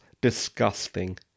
disgusting